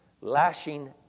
lashing